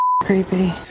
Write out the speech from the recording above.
creepy